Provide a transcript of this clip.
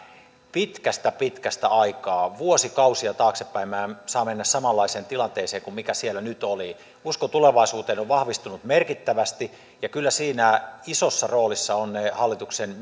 pitkästä pitkästä aikaa vuosikausia taaksepäin saa mennä samanlaiseen tilanteeseen kuin mikä siellä nyt oli usko tulevaisuuteen on vahvistunut merkittävästi ja kyllä siinä isossa roolissa ovat ne hallituksen